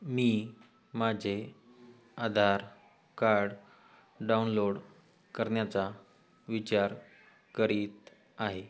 मी माझे Aadhaar card download करण्याचा विचार करीत आहे